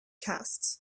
cast